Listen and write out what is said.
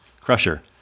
Crusher